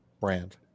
brand